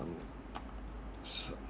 um so~